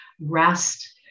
rest